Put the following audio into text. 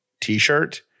T-shirt